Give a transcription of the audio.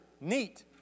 neat